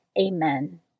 Amen